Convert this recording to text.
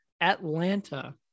Atlanta